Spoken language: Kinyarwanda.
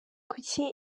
kuki